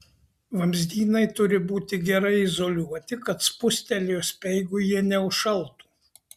vamzdynai turi būti gerai izoliuoti kad spustelėjus speigui jie neužšaltų